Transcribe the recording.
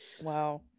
wow